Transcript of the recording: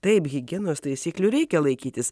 taip higienos taisyklių reikia laikytis